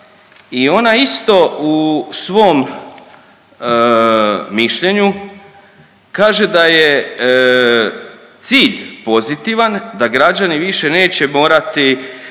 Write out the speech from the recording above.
I ona isto u svom mišljenju kaže da je cilj pozitivan, da građani više neće morati